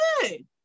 good